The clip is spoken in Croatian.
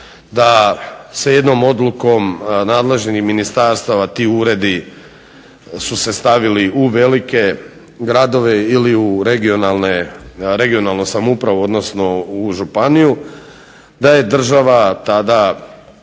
da se jednom odlukom nadležnih ministarstava ti uredi su se stavili u velike gradove ili u regionalnu samoupravu odnosno županiju, da je država tada